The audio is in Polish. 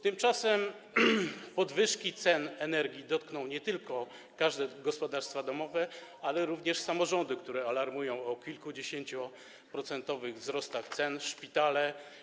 Tymczasem podwyżki cen energii dotkną nie tylko wszystkich gospodarstw domowych, ale również samorządów, które alarmują o kilkudziesięcioprocentowych wzrostach cen, szpitali.